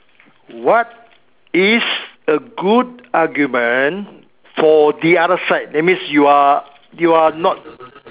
what is a good argument for the other side that means you are you are not